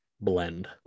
blend